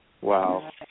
Wow